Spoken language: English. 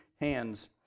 hands